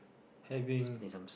having